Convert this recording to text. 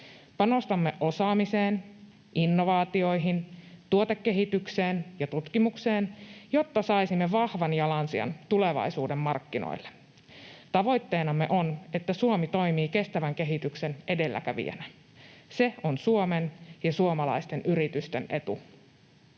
Panostamme osaamiseen, innovaatioihin, tuotekehitykseen ja tutkimukseen, jotta saisimme vahvan jalansijan tulevaisuuden markkinoille. Tavoitteenamme on, että Suomi toimii kestävän kehityksen edelläkävijänä. Se on Suomen ja suomalaisten yritysten etu.